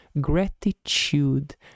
gratitude